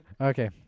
okay